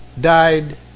died